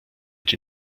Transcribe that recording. die